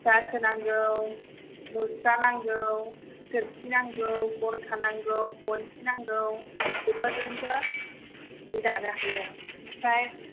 रासो नांगौ मुस्रा नांगौ सोरखि नांगौ गरखा नांगौ गनसि नांगौ बेफोरजोंसो जि दानो हायो ओमफ्राय